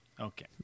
Okay